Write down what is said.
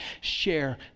share